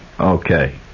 Okay